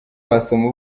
wasoma